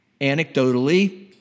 anecdotally